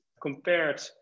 compared